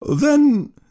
Then